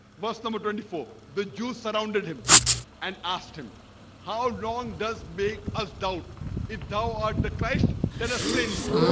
verse number twenty four the jews surrounded him and asked him how long does make us doubt if thou art the christ tell us plainly?